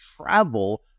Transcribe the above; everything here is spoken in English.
travel